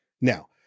now